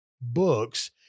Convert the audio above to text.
books